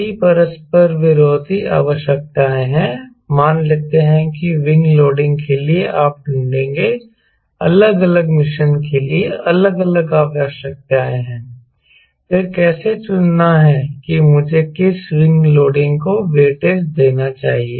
कई परस्पर विरोधी आवश्यकताएं हैं मान लेते हैं की विंग लोडिंग के लिए आप ढूंढेंगे अलग अलग मिशन के लिए अलग अलग आवश्यकताएं हैं फिर कैसे चुनना है कि मुझे किस विंग लोडिंग को वेटेज देना चाहिए